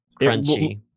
crunchy